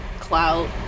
Clout